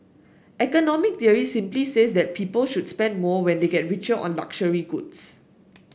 economic theory simply says that people should spend more when they get richer on luxury goods